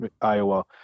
iowa